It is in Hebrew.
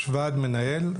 יש וועד מנהל,